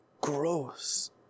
gross